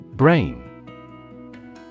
Brain